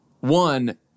One